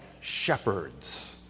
Shepherds